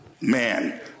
man